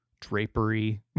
drapery